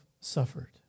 suffered